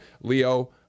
Leo